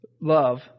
Love